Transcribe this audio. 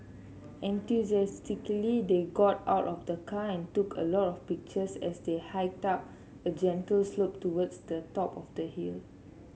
enthusiastically they got out of the car and took a lot of pictures as they hiked up a gentle slope towards the top of the hill